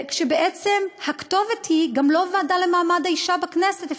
ובעצם הכתובת היא גם לא הוועדה למעמד האישה בכנסת.